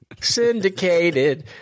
Syndicated